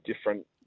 different